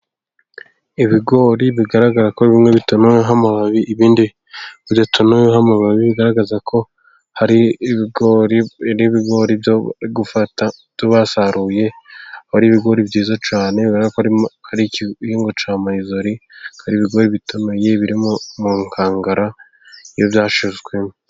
Ibigori bigaragara ko bimwe bitonowea ho amababi ibindi bidatonowe ho amababi, bigaragaza ko hari ibiri ibigori gufata tubasaruyeho, ibigori byiza cyane urabona ko ari ikigori cyamarizori, hari ibigori bitonoye birimo mu nkangara iyo byashizwemo.